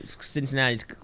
Cincinnati's